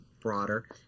broader